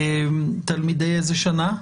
תלמידי איזו שנה?